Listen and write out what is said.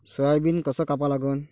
Soybean कस कापा लागन?